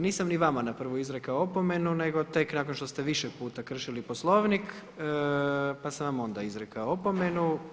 Nisam ni vama na prvu izrekao opomenu nego tek nakon što ste više puta kršili Poslovnik pa sam vam onda izrekao opomenu.